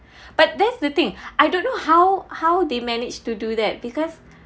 but that's the thing I don't know how how they managed to do that because